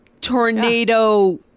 Tornado